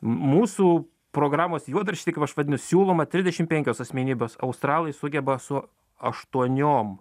m mūsų programos juodrašty kaip aš vadinu siūloma trisdešim penkios asmenybės australai sugeba su aštuoniom